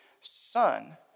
Son